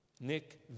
Nick